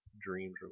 Dreams